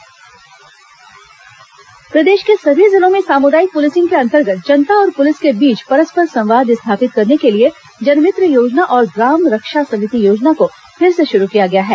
police जन मित्र योजना प्रदेश के सभी जिलों में सामुदायिक पुलिसिंग के अंतर्गत जनता और पुलिस के बीच परस्पर संवाद स्थापित करने के लिए जनमित्र योजना और ग्राम रक्षा समिति योजना को फिर से शुरू किया गया है